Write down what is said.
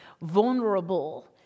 vulnerable